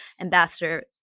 ambassador